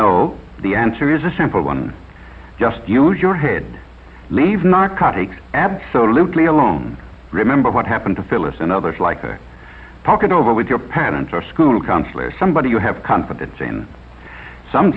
know the answer is a simple one just use your head leave narcotics absolutely alone remember what happened to phillips and others like a pocket over with your parents or a school counselor somebody you have confidence in some